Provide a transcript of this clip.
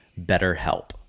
BetterHelp